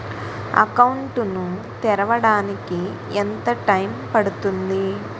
Account ను తెరవడానికి ఎంత టైమ్ పడుతుంది?